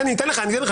שנייה, אני אתן לך.